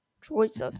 choice